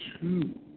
two